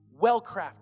well-crafted